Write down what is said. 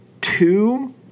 two